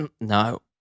No